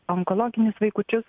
onkologinius vaikučius